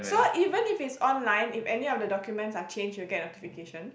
so even if it's online if any of the documents are changed you'll get a notification